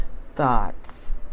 thoughts